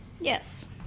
Yes